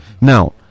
now